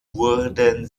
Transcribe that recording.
wurden